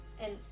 and-